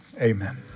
amen